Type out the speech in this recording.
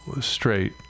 straight